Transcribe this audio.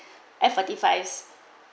F forty five